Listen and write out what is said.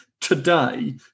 today